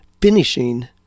finishing